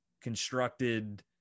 constructed